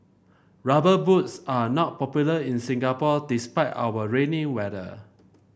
rubber boots are not popular in Singapore despite our rainy weather